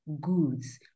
goods